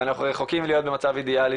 ואנחנו רחוקים מלהיות במצב אידיאלי